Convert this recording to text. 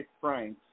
Franks